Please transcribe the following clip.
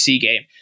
game